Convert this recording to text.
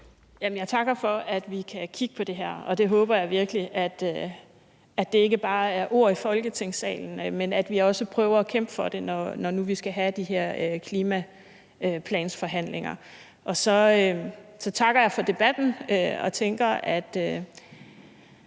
Jeg takker for, at vi kan kigge på det her. Og jeg håber virkelig, at det ikke bare er ord i Folketingssalen, men at vi også prøver at kæmpe for det, når nu vi skal have de her klimaplansforhandlinger. Så takker jeg for debatten, og jeg tænker, at